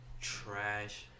trash